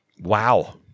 wow